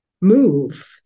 move